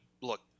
look